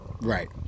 Right